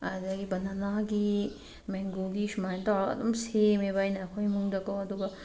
ꯑꯗꯒꯤ ꯕꯅꯥꯅꯥꯒꯤ ꯃꯦꯡꯒꯣꯒꯤ ꯁꯨꯃꯥꯏꯅ ꯇꯧꯔꯒ ꯑꯗꯨꯝ ꯁꯦꯝꯃꯦꯕ ꯑꯩꯅ ꯑꯩꯈꯣꯏ ꯏꯃꯨꯡꯗꯀꯣ ꯑꯗꯨꯒ